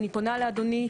אני פונה לאדוני,